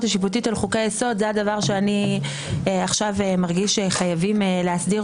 השיפוטית על חוקי היסוד זה הדבר שאני עכשיו מרגיש שחייבים להסדיר